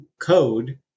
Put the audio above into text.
code